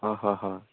অঁ হয় হয়